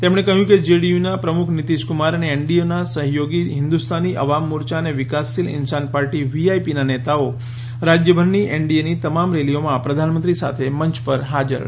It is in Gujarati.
તેમણે કહ્યું કે જેડીયુના પ્રમુખ નીતિશ કુમાર અને એનડીએના સહયોગી હિન્દુસ્તાની અવામ મોરચા અને વિકાસશીલ ઇન્સાન પાર્ટી વીઆઈપીના નેતાઓ રાજ્યભરની એનડીએની તમામ રેલીઓમાં પ્રધાનમંત્રી સાથે મંય પર હાજર રહેશે